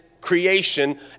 creation